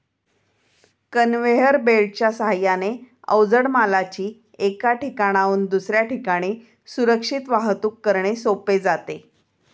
conveyor बेल्टच्या साहाय्याने अवजड मालाची एका ठिकाणाहून दुसऱ्या ठिकाणी सुरक्षित वाहतूक करणे सोपे जाते